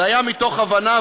זה היה מתוך הבנה,